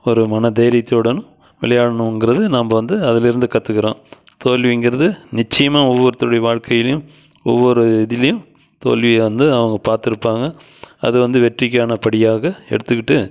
ஒரு மன தைரியத்துடன் விளையாடணுங்கிறது நாம்ப வந்து அதிலிருந்து கற்றுக்குறோம் தோல்விங்கிறது நிச்சியமாக ஒவ்வொருத்தருடைய வாழ்க்கையிலையும் ஒவ்வொரு இதுலையும் தோல்விய வந்து அவங்க பார்த்துருப்பாங்க அது வந்து வெற்றிக்கான படியாக எடுத்துக்கிட்டு